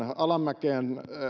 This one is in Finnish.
alamäkeen